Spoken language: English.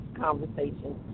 conversation